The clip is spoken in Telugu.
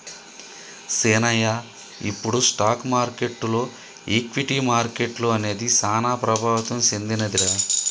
సీనయ్య ఇప్పుడు స్టాక్ మార్కెటులో ఈక్విటీ మార్కెట్లు అనేది సాన ప్రభావితం సెందినదిరా